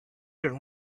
their